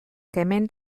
kemena